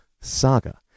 saga